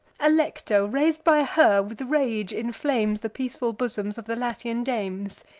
alecto, rais'd by her, with rage inflames the peaceful bosoms of the latian dames.